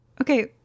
Okay